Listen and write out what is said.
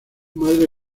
madre